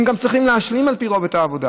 הם גם צריכים להשלים, על פי רוב, את העבודה.